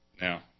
Now